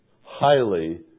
highly